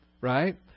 right